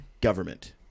government